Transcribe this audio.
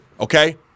okay